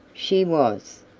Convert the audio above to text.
she was.